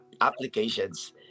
applications